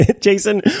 jason